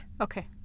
Okay